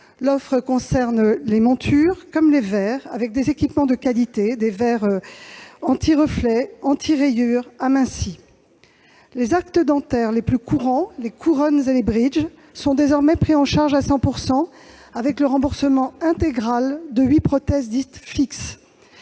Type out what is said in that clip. L'offre concerne les montures comme les verres, avec des équipements de qualité, des verres anti-reflets, anti-rayures, amincis. Les actes dentaires les plus courants, les couronnes et les bridges sont désormais pris en charge à 100 %, avec le remboursement intégral de huit prothèses dites fixes.